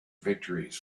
victories